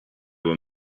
were